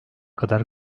kadar